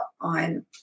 on